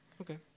okay